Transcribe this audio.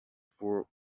folk